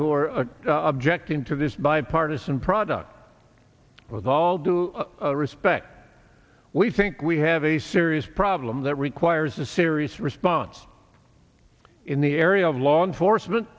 who are objecting to this bipartisan product with all due respect we think we have a serious problem that requires a serious response in the area of law enforcement